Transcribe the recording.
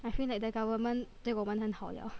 I feel like the government 对我们很好了